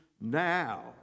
now